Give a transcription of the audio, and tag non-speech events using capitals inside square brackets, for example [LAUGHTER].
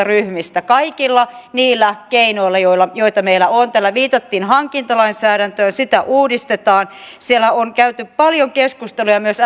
[UNINTELLIGIBLE] ryhmistä kaikilla niillä keinoilla joita meillä on täällä viitattiin hankintalainsäädäntöön sitä uudistetaan siellä on käyty paljon keskusteluja myös